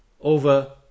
over